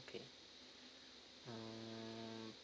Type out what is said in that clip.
okay mm